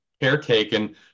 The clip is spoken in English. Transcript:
caretaken